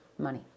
money